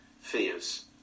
fears